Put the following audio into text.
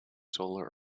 solar